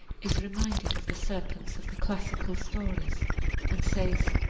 is reminded of the serpents of the classical stories and says.